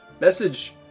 message